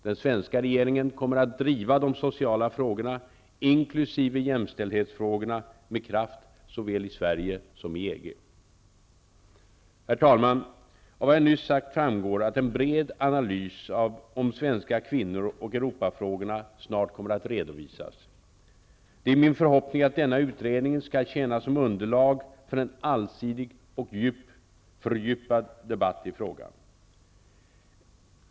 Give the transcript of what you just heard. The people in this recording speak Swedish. Den svenska regeringen kommer att driva de sociala frågorna, inkl. jämställdhetsfrågorna, med kraft såväl i Sverige som i EG. Herr talman! Av vad jag nyss sagt framgår att en bred analys om svenska kvinnor och Europafrågorna snart kommer att redovisas. Det är min förhoppning att denna utredning skall tjäna som underlag för en allsidig och fördjupad debatt i frågan.